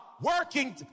working